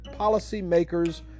policymakers